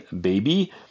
baby